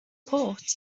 port